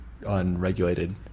unregulated